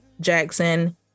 jackson